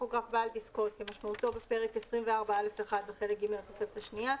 ""טכוגרף בעל דסקות" כמשמעותו בפרט 24א(1) בחלק ג' לתוספת השניה,